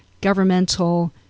Governmental